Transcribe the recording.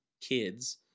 kids